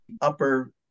upper